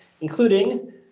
including